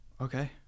okay